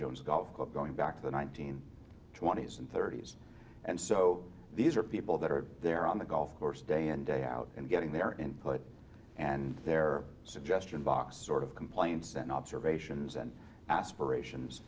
jones golf club going back to the nineteen twenty's and thirty's and so these are people that are there on the golf course day in day out and getting their input and their suggestion box sort of complaints and observations and aspirations